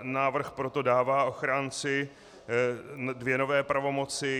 Návrh proto dává ochránci dvě nové pravomoci.